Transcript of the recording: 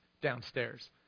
downstairs